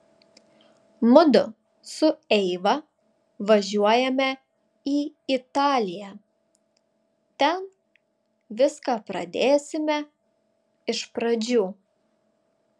mudu su eiva važiuojame į italiją ten viską pradėsime iš pradžių